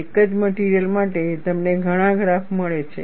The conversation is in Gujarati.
એક જ મટિરિયલ માટે તમને ઘણા ગ્રાફ મળે છે